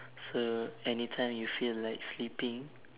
so any time you feel like sleeping